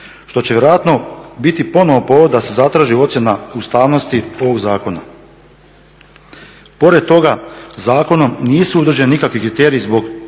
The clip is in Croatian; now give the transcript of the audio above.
što će vjerojatno biti ponovno povod da se zatraži ocjena ustavnosti ovog zakona. Pored toga, zakonom nisu utvrđeni nikakvi kriteriji zbog